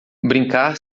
brincar